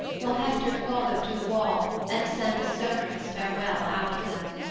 while hector followed to the wall and sent a sonorous farewell after them.